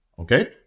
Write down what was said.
Okay